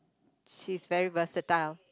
she's very versatile